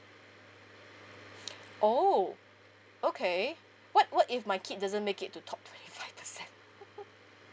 oh okay what what if my kid doesn't make it to top twenty five percent